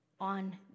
on